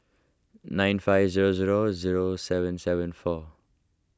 nine five zero zero zero seven seven four